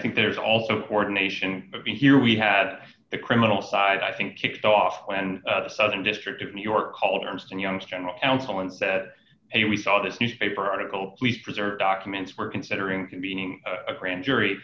think there's also ordination in here we had the criminal side i think kicks off when the southern district of new york called ernst and young's general counsel and said hey we saw this newspaper article please preserve documents we're considering convening a grand jury